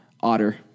Otter